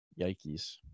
Yikes